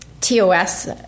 TOS